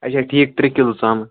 اَچھا ٹھیٖک ترٛےٚ کِلوٗ ژامَن